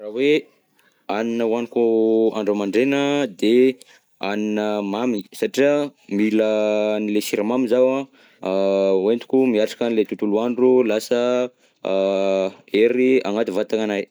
Raha hoe hanina hohaniko andro a mandraina de hanina mamy satria mila anle siramamy zaho an, hoentiko miatrika anle tontolo andro, lasa hery agnaty vatagnanahy.